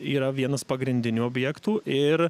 yra vienas pagrindinių objektų ir